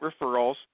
referrals